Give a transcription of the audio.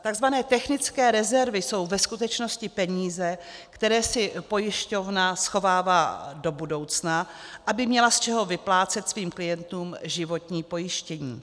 Takzvané technické rezervy jsou ve skutečnosti peníze, které si pojišťovna schovává do budoucna, aby měla z čeho vyplácet svým klientům životní pojištění.